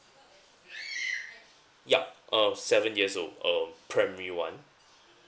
ya um seven years old um primary one